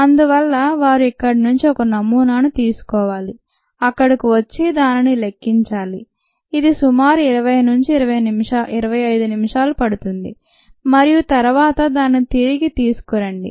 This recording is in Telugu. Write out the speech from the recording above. అందువల్ల వారు ఇక్కడ నుంచి ఒక నమూనాను తీసుకోవాలి అక్కడకు వచ్చి దానిని లెక్కించాలి ఇది సుమారు 20 25 నిమిషాలు పడుతుంది మరియు తరువాత దానిని తిరిగి తీసుకురండి